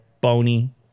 bony